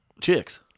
chicks